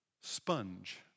sponge